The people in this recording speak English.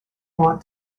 want